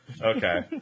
okay